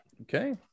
Okay